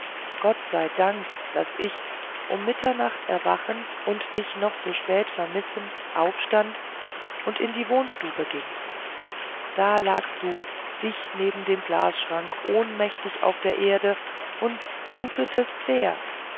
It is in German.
gott sei gedankt daß ich um mitternacht erwachend und dich noch so spät vermissend aufstand und in die wohnstube ging da lagst du dicht neben dem glasschrank ohnmächtig auf der erde und blutetest sehr